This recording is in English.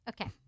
Okay